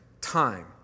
time